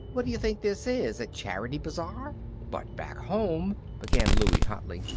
what do you think this is? a charity bazaar but back home began louie, hotly.